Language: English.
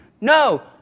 No